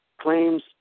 claims